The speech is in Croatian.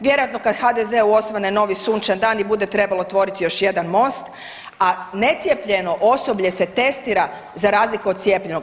Vjerojatno kad HDZ-u osvane novi sunčan dan i bude trebalo otvoriti još jedan most, a necijepljeno osoblje se testira za razliku od cijepljenog.